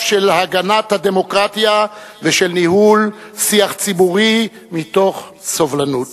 של הגנת הדמוקרטיה ושל ניהול שיח ציבורי מתוך סובלנות.